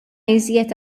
iżjed